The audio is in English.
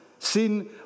Sin